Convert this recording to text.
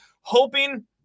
hoping